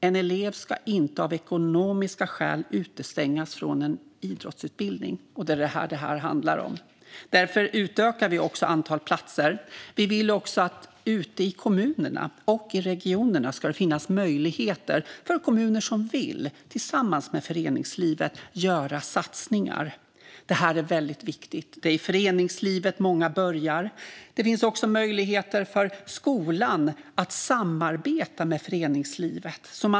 En elev ska inte av ekonomiska skäl utestängas från en idrottsutbildning. Det är vad det här handlar om. Därför utökar vi också antalet platser. Vi vill också att det ute i kommunerna och regionerna ska finnas möjligheter för de kommuner och regioner som vill att göra satsningar tillsammans med föreningslivet. Det är väldigt viktigt. Det är i föreningslivet många börjar. Det finns också möjligheter för skolan att samarbeta med föreningslivet.